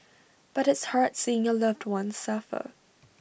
but it's hard seeing your loved one suffer